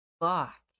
Fuck